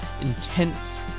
intense